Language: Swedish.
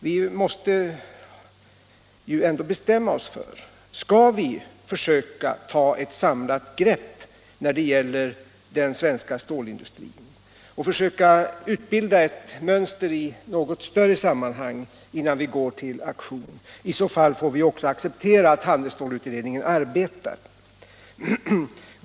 Vi måste ju ändå bestämma oss: Skall vi försöka ta ett samlat grepp när det gäller den svenska stålindustrin och utbilda ett mönster i något större sammanhang innan vi går till aktion? I så fall får vi också acceptera att handelsstålutredningen arbetar.